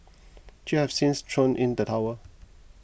chew has since thrown in the towel